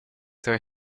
tre